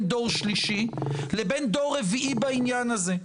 דור שלישי לבין דור רביעי בעניין הזה.